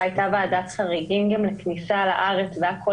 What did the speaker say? הייתה גם ועדת חריגים גם לכניסה לארץ והיו כל